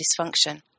dysfunction